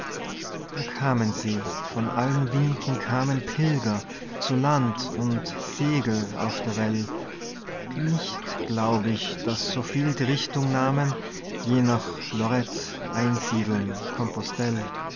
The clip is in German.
da kamen sie von allen winden kamen pilger zu land und segel auf der well nicht glaub ich daß soviel die richtung nahmen je nach lorett einsiedeln compostell